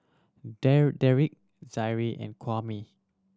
Dedric Zaire and Kwame